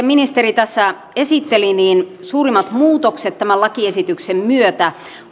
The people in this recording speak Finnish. ministeri tässä esitteli suurimmat muutokset tämän lakiesityksen myötä